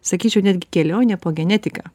sakyčiau netgi kelionė po genetiką